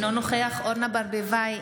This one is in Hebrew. אינו נוכח אורנה ברביבאי,